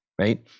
right